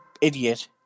idiot